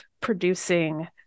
producing